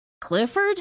Clifford